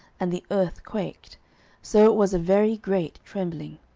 and the earth quaked so it was a very great trembling.